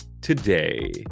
today